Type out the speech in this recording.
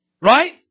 Right